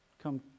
come